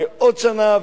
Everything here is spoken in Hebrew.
ועוד שנה,